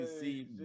see